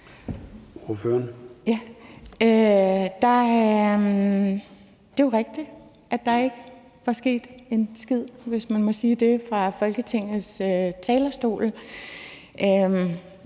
det er jo rigtigt, at der ikke var »sket en skid«, hvis man må sige det fra Folketingets talerstol.